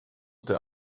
der